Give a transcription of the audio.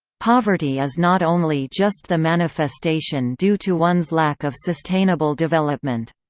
poverty is not only just the manifestation due to one's lack of sustainable development.